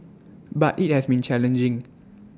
but IT has been challenging